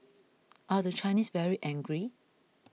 are the Chinese very angry